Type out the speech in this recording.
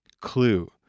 clue